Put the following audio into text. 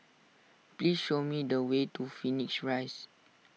please show me the way to Phoenix Rise